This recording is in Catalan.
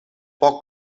poc